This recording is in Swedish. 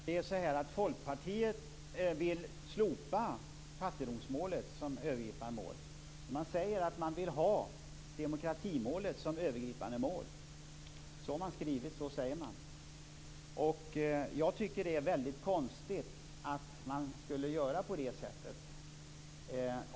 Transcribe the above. Fru talman! Folkpartiet vill slopa fattigdomsmålet som övergripande mål. Man säger att man vill ha demokratimålet som övergripande mål. Så har man skrivit, och så säger man. Jag tycker att det skulle vara väldigt konstigt att göra på det sättet.